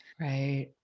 Right